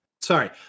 Sorry